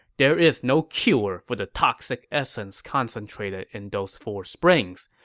there is no cure for the toxic essence concentrated in those four springs.